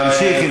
תמשיך.